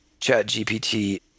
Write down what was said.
ChatGPT